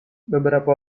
beberapa